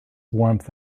warmth